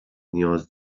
نیاز